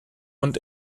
und